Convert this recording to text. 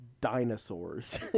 dinosaurs